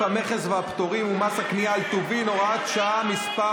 המכס והפטורים ומס הקנייה על טובין (הוראת שעה) מס'